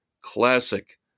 classic